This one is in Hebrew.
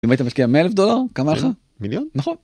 אם היית משקיע 100 אלף דולר כמה היה לך? מיליון, נכון.